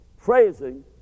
praising